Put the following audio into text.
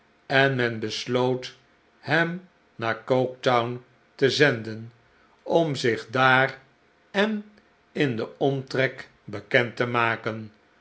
en men besloot hem naar g ok e t o w n te zenden om zich daar en in den omtrek bekend te maken